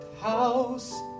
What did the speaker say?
house